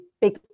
big